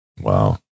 Wow